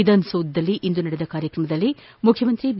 ವಿಧಾನಸೌಧದಲ್ಲಿಂದು ನಡೆದ ಕಾರ್ಯಕ್ರಮದಲ್ಲಿ ಮುಖ್ಣಮಂತ್ರಿ ಬಿ